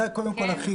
זה קודם כול הכי כיף.